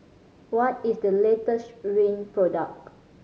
what is the latest Rene product